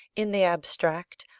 in the abstract,